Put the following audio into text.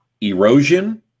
erosion